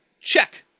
check